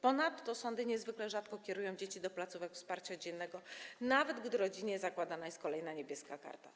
Ponadto sądy niezwykle rzadko kierują dzieci do placówek wsparcia dziennego, nawet gdy rodzinie zakładana jest kolejna „Niebieska karta”